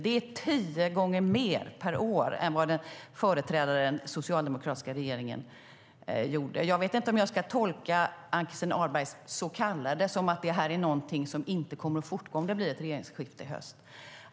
Det är tio gånger mer per år än vad den föregående socialdemokratiska regeringen satsade. Jag vet inte om jag ska tolka Ann-Christin Ahlbergs "så kallade" som att det här är någonting som inte kommer att fortgå om det blir ett regeringsskifte i höst.